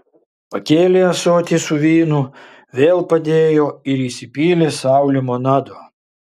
pakėlė ąsotį su vynu vėl padėjo ir įsipylė sau limonado